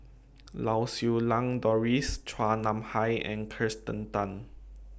Lau Siew Lang Doris Chua Nam Hai and Kirsten Tan